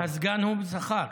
הסגן הוא בשכר.